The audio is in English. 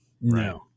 No